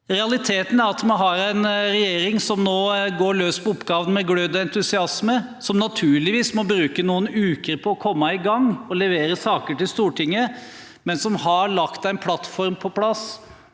Realiteten er at vi har en regjering som nå går løs på oppgavene med glød og entusiasme, og som naturligvis må bruke noen uker på å komme i gang og levere saker til Stortinget, men som har lagt en plattform på plass